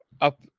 up